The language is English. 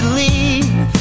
leave